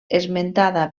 esmentada